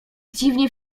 dziwnie